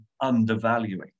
undervaluing